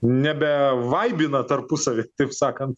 nebevaibina tarpusavy taip sakant